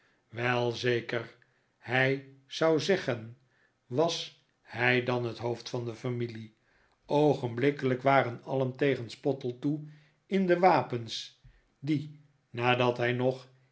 wel zeker hij zou zeggen was hij dan het hoofd van de familie oogenblikkelijk waren alien tegen spottletoe in de wapens die nadat hij nog